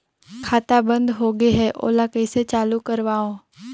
खाता बन्द होगे है ओला कइसे चालू करवाओ?